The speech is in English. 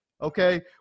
okay